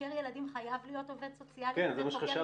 חוקר ילדים חייב להיות עובד סוציאלי כשהוא חוקר